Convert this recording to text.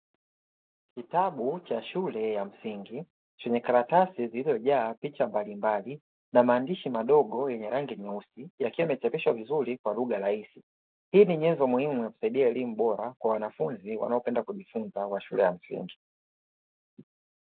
Kitabu cha shule ya msingi chenye karatasi zilizojaa picha mbalimbali na maandishi madogo yenye rangi nyeusi, na kimechapishwa vizuri kwa lugha rahisi hii ni nyenzo muhimu ya kusaidia elimu bora kwa wanafunzi wanaopenda kujifunza kwa shule ya msingi.